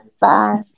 Bye